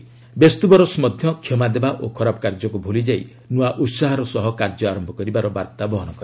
ବେସ୍ତୁ ବରଷ୍ ମଧ୍ୟ କ୍ଷମାଦେବା ଓ ଖରାପ କାର୍ଯ୍ୟକୁ ଭୁଲିଯାଇ ନୂଆ ଉତ୍ପାହର କାର୍ଯ୍ୟ ଆରମ୍ଭ କରିବାର ବାର୍ତ୍ତା ବହନ କରେ